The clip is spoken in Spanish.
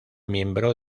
miembro